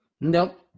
nope